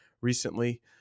recently